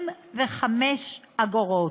25 אגורות,